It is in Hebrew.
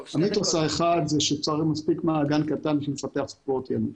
המיתוס האחד הוא שמספיק מעגן קטן בשביל לפתח ספורט ימי.